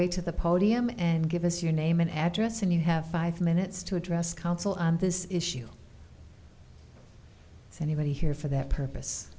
way to the podium and give us your name and address and you have five minutes to address council on this issue so anybody here for that purpose